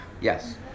Yes